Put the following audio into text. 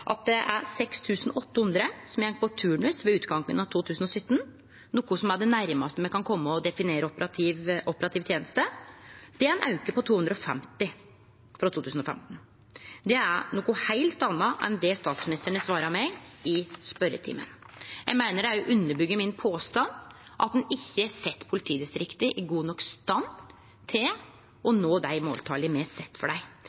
at det var 6 800 som gjekk i turnus ved utgangen av 2017, noko som er det nærmaste me kan kome å definere operativ teneste. Det er ein auke på 250 frå 2015. Det er noko heilt anna enn det statsministeren har svara meg i spørjetimen. Eg meiner det òg underbyggjer min påstand om at ein ikkje set politidistrikta i god nok stand til å nå dei måltala me set for dei.